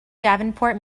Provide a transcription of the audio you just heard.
davenport